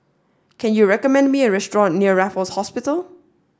can you recommend me a restaurant near Raffles Hospital